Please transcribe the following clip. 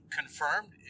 confirmed